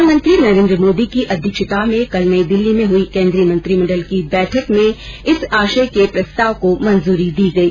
प्रधानमंत्री नरेंद्र मोदी की अध्यक्षता में कल नई दिल्ली में हई केंद्रीय मंत्रिमंडल की बैठक में इस आशय के प्रस्ताव को मंजुरी दी गयी